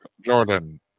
Jordan